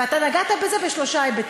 ואתה נגעת בזה בשלושה היבטים: